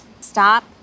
Stop